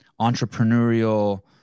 entrepreneurial